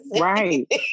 Right